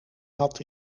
had